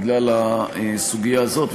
בגלל הסוגיה הזאת.